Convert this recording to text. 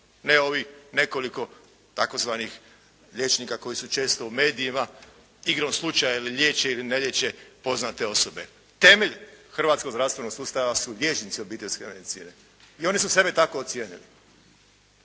ne ovih nekoliko tzv. liječnika koji su često u medijima, igrom slučaja ili liječe ili ne liječe poznate osobe. Temelj hrvatskog zdravstvenog sustava su liječnici obiteljske medicine i oni su sebe tako ocijenili.